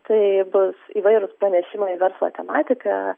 tai bus įvairūs pranešimai verslo tematika